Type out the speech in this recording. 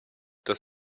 das